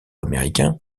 américain